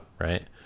right